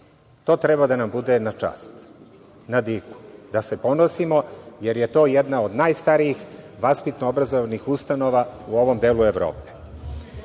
To treba da nam bude na čast, da se ponosimo, jer je to jedna od najstarijih vaspitno-obrazovnih ustanova u ovom delu Evrope. Da